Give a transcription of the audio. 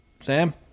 Sam